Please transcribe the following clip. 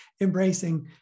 embracing